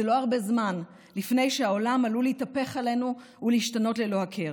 זה לא הרבה זמן לפני שהעולם עלול להתהפך עלינו ולהשתנות ללא הכר.